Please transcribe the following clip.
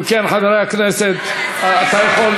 אם כן, חברי הכנסת, אדוני, אני מבקש.